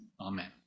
amen